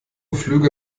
flüge